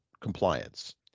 compliance